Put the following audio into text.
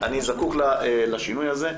אני זקוק לשינוי הזה'.